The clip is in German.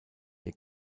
der